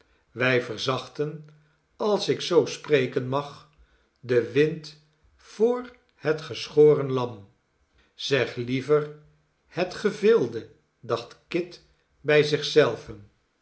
wij verzachten als ik zoo spreken mag den wind voor het geschoren lam zeg liever het gevilde dacht kit bij